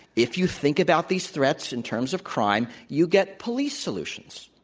if you think about these threats in terms of crime, you get police solutions.